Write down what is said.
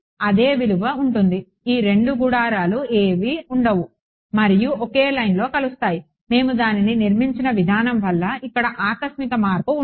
అదే విలువ ఉంటుంది ఈ 2 గుడారాలు ఏవీ ఉండవు మరియు ఒకే లైన్లో కలుస్తాయి మేము దానిని నిర్మించిన విధానం వల్ల ఇక్కడ ఆకస్మిక మార్పు ఉండదు